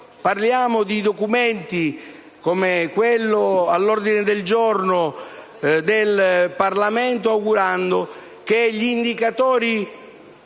Parliamo di documenti, come quello all'ordine del giorno del Senato, augurandoci che gli indicatori